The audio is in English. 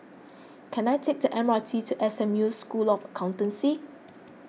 can I take the M R T to S M U School of Accountancy